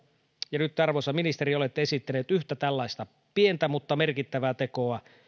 ja nyt te arvoisa ministeri olette esittänyt yhtä tällaista pientä mutta merkittävää tekoa